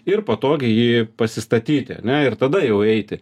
ir patogiai jį pasistatyti ane ir tada jau eiti